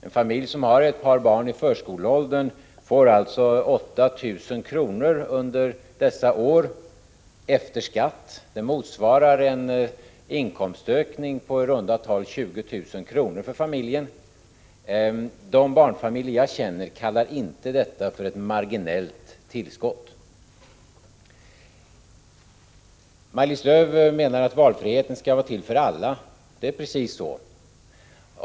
En familj som har ett par barn i förskoleåldern får alltså 8 000 kr. under dessa år efter skatt. Det motsvarar en inkomstökning på i runt tal 20 000 kr. för familjen. De barnfamiljer jag känner kallar inte detta för ett marginellt tillskott. Maj-Lis Lööw menar att valfriheten skall vara till för alla. Det är precis så.